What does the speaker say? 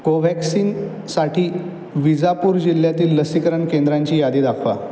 कोव्हॅक्सिनसाठी विजापूर जिल्ह्यातील लसीकरण केंद्रांची यादी दाखवा